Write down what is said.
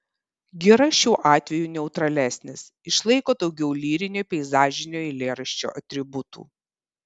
gira šiuo atveju neutralesnis išlaiko daugiau lyrinio peizažinio eilėraščio atributų